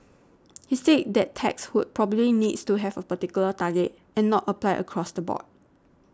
he said that tax would probably needs to have a particular target and not apply across the board